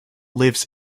lives